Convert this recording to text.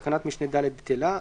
תקנת משנה (ד) בטלה.